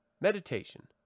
Meditation